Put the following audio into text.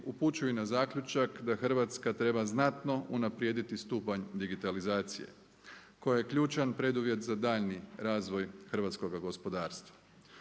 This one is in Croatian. upućuju i na zaključak da Hrvatska treba znatno unaprijediti stupanj digitalizacije koja je ključan preduvjet za daljnji razvoj hrvatskoga gospodarstva.